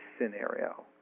scenario